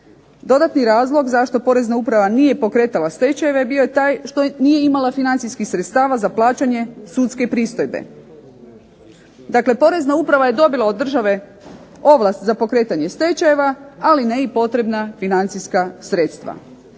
Dodatni razlog zašto porezna uprava nije pokretala stečajeve bio je taj što nije imala financijskih sredstava za plaćanje sudske pristojbe. Dakle porezna uprava je dobila od države ovlast za pokretanje stečajeva, ali ne i potrebna financijska sredstva.